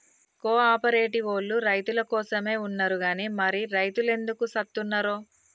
కో ఆపరేటివోల్లు రైతులకోసమే ఉన్నరు గని మరి రైతులెందుకు సత్తున్నరో